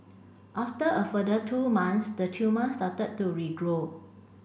after a further two months the tumour started to regrow